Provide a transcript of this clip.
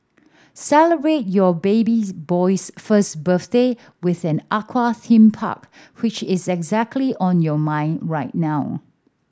celebrate your baby boy's first birthday with an aqua theme park which is exactly on your mind right now